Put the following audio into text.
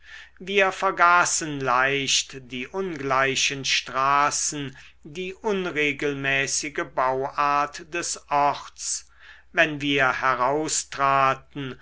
wir vergaßen leicht die ungleichen straßen die unregelmäßige bauart des orts wenn wir heraustraten